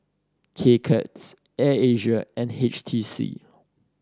K Cuts Air Asia and H T C